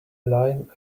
line